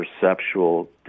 perceptual